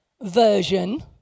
version